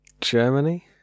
Germany